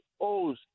owes